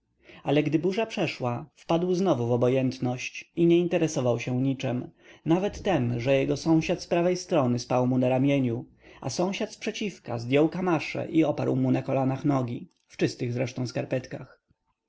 ale gdy burza przeszła wpadł znowu w obojętność i nie interesował się niczem nawet tem że jego sąsiad z prawej strony spał mu na ramieniu a sąsiad zprzeciwka zdjął kamasze i oparł mu na kolanach nogi w czystych zresztą skarpetkach